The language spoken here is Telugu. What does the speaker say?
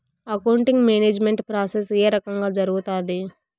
అకౌంటింగ్ మేనేజ్మెంట్ ప్రాసెస్ ఏ రకంగా జరుగుతాది